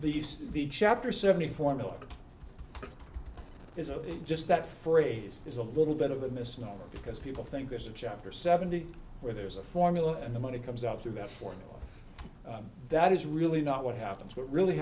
these the chapter seventy formula is just that phrase is a little bit of a misnomer because people think there's a chapter seventy where there's a formula and the money comes out through that formula that is really not what happens what really